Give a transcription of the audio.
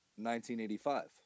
1985